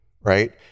right